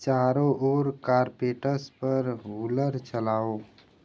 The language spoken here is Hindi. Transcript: चारों ओर कार्पेटस पर हूवर चालाओ